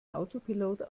autopilot